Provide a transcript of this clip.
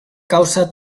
causa